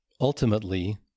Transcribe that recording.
Ultimately